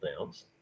Downs